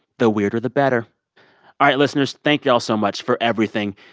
the weirder the better all right, listeners. thank you all so much for everything.